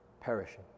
perishing